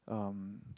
um